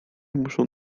muszą